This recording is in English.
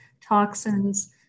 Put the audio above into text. toxins